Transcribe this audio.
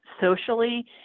socially